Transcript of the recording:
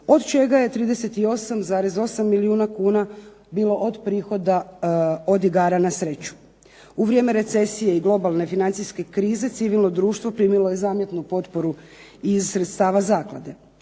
od čega je 38,8 milijuna kuna bilo od prihoda od igara na sreću. U vrijeme recesije i globalne financijske krize civilno društvo primilo je zamjetnu potporu iz sredstava zaklade